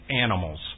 animals